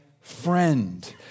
friend